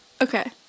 Okay